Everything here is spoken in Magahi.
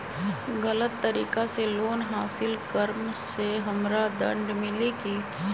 गलत तरीका से लोन हासिल कर्म मे हमरा दंड मिली कि?